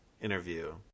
interview